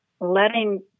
letting